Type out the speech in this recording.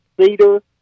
cedar